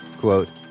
quote